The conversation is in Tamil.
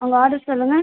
உங்கள் ஆடர் சொல்லுங்கள்